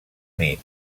nit